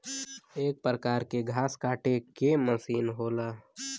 एक परकार के घास काटे के मसीन होला